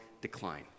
decline